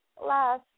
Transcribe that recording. last